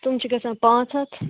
تِم چھِ گژھان پانٛژھ ہَتھ